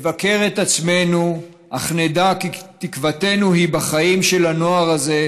נבקר את עצמנו אך נדע כי תקוותנו היא בחיים של הנוער הזה,